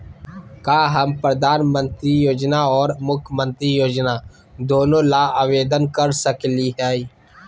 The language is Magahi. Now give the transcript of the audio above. का हम प्रधानमंत्री योजना और मुख्यमंत्री योजना दोनों ला आवेदन कर सकली हई?